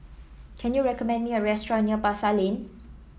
can you recommend me a restaurant near Pasar Lane